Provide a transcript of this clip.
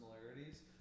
similarities